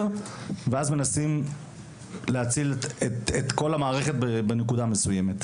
ואז מנסים להציל את כל המערכת בנקודה מסוימת.